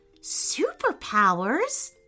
Superpowers